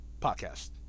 podcast